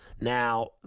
Now